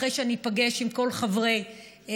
אחרי שאני איפגש עם כל מחברי הדוח.